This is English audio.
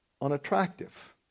unattractive